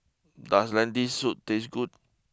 does Lentil Soup taste good